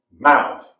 mouth